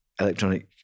electronic